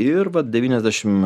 ir vat devyniasdešim